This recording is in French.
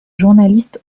journalistes